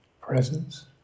presence